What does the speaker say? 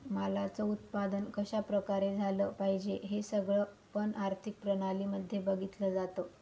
मालाच उत्पादन कशा प्रकारे झालं पाहिजे हे सगळं पण आर्थिक प्रणाली मध्ये बघितलं जातं